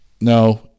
no